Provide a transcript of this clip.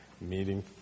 meeting